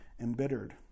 Embittered